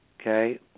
Okay